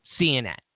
CNN